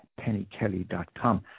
pennykelly.com